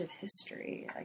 history